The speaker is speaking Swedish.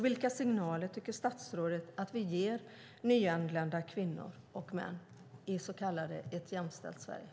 Vilka signaler tycker statsrådet att vi ger nyanlända kvinnor och män i det så kallade jämställda Sverige?